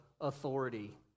Authority